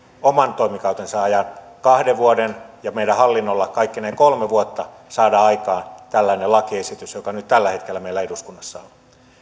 oman toimikautensa ajan kaksi vuotta ja meidän hallinnolla kaikkineen kolme vuotta saada aikaan tällainen lakiesitys joka nyt tällä hetkellä meillä eduskunnassa on